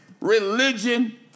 religion